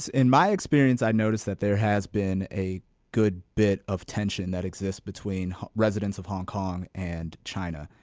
in my experience, i noticed that there has been a good bit of tension that exists between residents of hong kong and china.